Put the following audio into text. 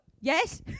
Yes